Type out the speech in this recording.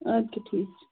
ادٕ کِیاہ ٹھیٖک چھُ